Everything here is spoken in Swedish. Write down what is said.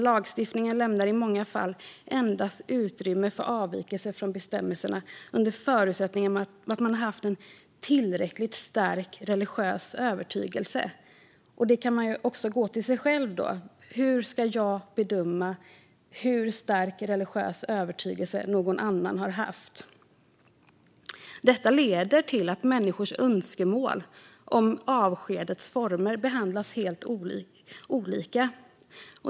Lagstiftningen lämnar i många fall endast utrymme för avvikelse från bestämmelserna under förutsättning att man har haft en tillräckligt stark religiös övertygelse. Där kan man gå till sig själv. Hur ska jag bedöma hur stark religiös övertygelse någon annan har haft? Detta leder till att människors önskemål om avskedets former behandlas helt olika.